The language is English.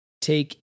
Take